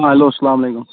hello اسلامُ علیکُم